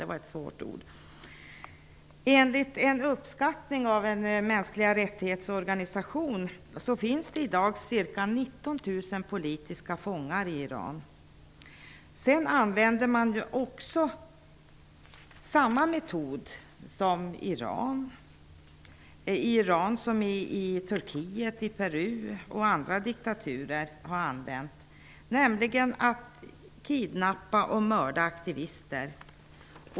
Enligt en uppskattning av en organisation för mänskliga rättigheter finns det i dag ca 19 000 politiska fångar i Iran. Man använder samma metoder i Iran som använts i Turkiet, Peru och andra diktaturer, nämligen att kidnappa och mörda aktivister.